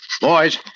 Boys